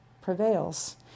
prevails